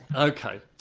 ok,